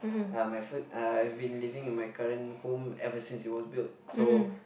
uh my f~ uh I've been living in my current home ever since it was built so